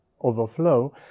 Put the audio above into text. overflow